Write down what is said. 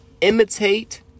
Imitate